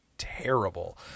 terrible